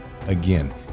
Again